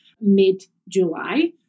mid-July